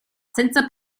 senza